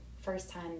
first-time